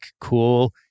cool